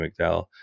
McDowell